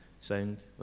sound